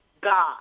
God